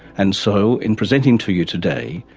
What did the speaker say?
and so, in presenting to you today,